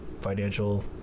financial